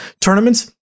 tournaments